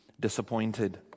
disappointed